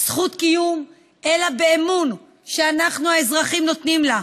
זכות קיום אלא באמון שאנחנו האזרחים נותנים לה.